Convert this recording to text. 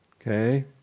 Okay